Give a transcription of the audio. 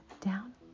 down